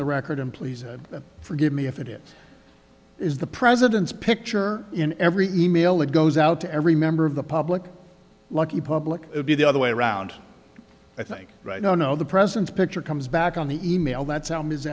the record and please forgive me if it is is the president's picture in every e mail that goes out to every member of the public lucky public would be the other way around i think right now no the president's picture comes back on the e mail that